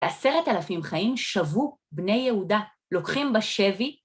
עשרת אלפים חיים שבו בני יהודה, לוקחים בשבי...